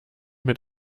mit